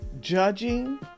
judging